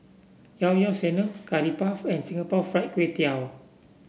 Llao Llao Sanum Curry Puff and Singapore Fried Kway Tiao